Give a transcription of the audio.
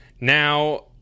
Now